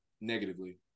negatively